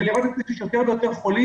היא רלוונטית כי יש יותר ויותר חולים